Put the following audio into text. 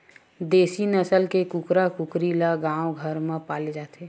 देसी नसल के कुकरा कुकरी ल गाँव घर म पाले जाथे